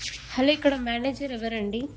hello ఇక్కడ manager ఎవరండీ